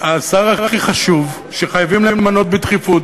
השר הכי חשוב שחייבים למנות בדחיפות